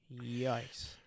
Yikes